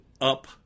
up